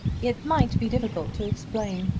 it might be difficult to explain.